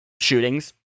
shootings